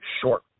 short